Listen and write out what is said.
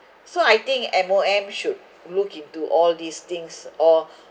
so I think M_O_M should look into all these things or